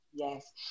Yes